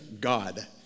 God